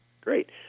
Great